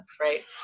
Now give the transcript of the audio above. right